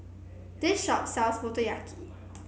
this shop sells Motoyaki